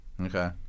Okay